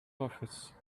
office